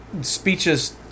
speeches